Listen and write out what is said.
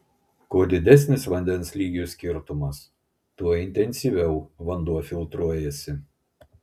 kuo didesnis vandens lygių skirtumas tuo intensyviau vanduo filtruojasi